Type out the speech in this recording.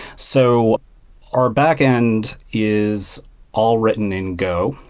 so our backend is all written in go.